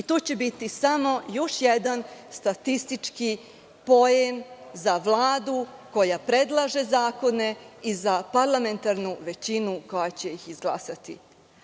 i to će biti samo još jedan statistički poen za Vladu koja predlaže zakone i za parlamentarnu većinu koja će ih izglasati.